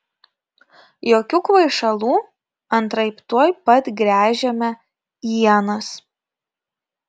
jokių kvaišalų antraip tuoj pat gręžiame ienas